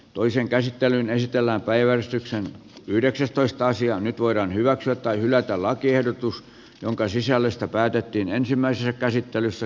toisen käsittelyn esitellään päiväystyksen yhdeksästoista sija nyt voidaan hyväksyä tai hylätä lakiehdotus jonka sisällöstä päätettiin ensimmäisessä käsittelyssä